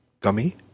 gummy